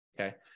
okay